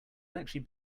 actually